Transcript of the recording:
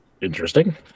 Interesting